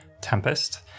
Tempest